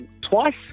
twice